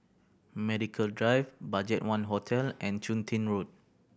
Medical Drive BudgetOne Hotel and Chun Tin Road